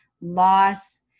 loss